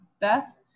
Beth